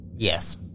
Yes